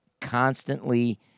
constantly